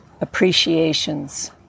appreciations